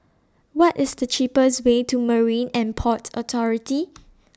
What IS The cheapest Way to Marine and Port Authority